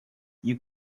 you